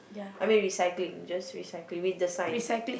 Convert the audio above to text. I mean recycling just recycling with the sign